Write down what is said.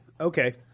Okay